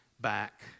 back